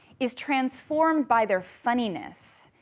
is transformed by their funniness,